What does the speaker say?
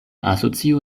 asocio